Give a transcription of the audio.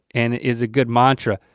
and is a good mantra,